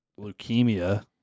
leukemia